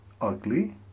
ugly